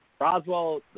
Roswell